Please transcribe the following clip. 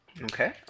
Okay